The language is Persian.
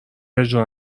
اجرا